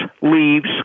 leaves